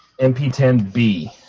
MP10B